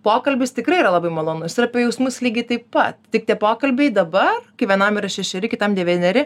pokalbis tikrai yra labai malonus ir apie jausmus lygiai taip pat tik tie pokalbiai dabar kai vienam yra šešeri kitam devyneri